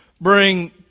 bring